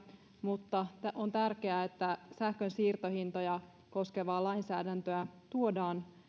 mutta on tärkeää että sähkön siirtohintoja koskevaa lainsäädäntöä tuodaan